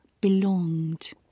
belonged